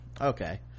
Okay